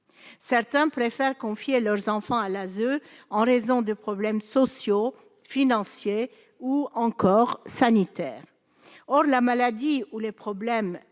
certains préfèrent confier leurs enfants à l'ASE en raison de problèmes sociaux, financiers ou encore sanitaires, or la maladie ou les problèmes